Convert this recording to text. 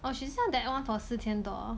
oh she sell that one for 四千多